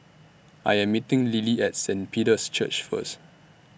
I Am meeting Lillie At Saint Peter's Church First